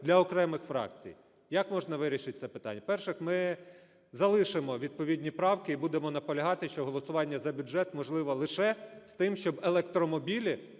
для окремих фракцій. Як можна вирішити це питання? По-перше, ми залишимо відповідні правки і будемо наполягати, що голосування за бюджет можливо лише з тим, щоб електромобілі